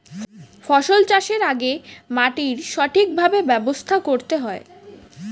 ফসল চাষের আগে মাটির সঠিকভাবে ব্যবস্থা করতে হয়